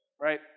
Right